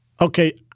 Okay